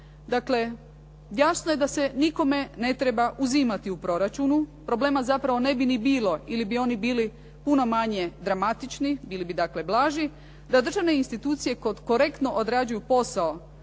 Dakle, jasno je da se nikome ne treba uzimati u proračunu. Problema zapravo ne bi ni bilo ili bi oni bili puno manje dramatični, bili bi dakle blaži da državne institucije korektno odrađuju posao